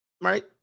right